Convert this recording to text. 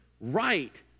right